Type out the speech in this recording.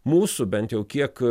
mūsų bent jau kiek